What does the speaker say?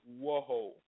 Whoa